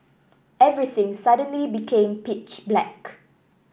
everything suddenly became pitch black